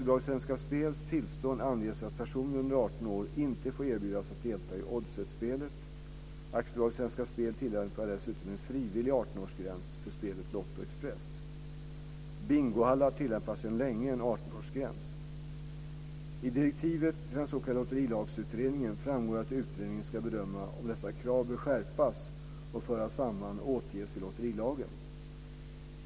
I AB Svenska Spels tillstånd anges att personer under 18 år inte får erbjudas att delta i Bingohallar tillämpar sedan länge en 18-årsgräns. I direktiven till den s.k. Lotterilagsutredningen framgår att utredningen ska bedöma om dessa krav bör skärpas och föras samman och återges i lotterilagen.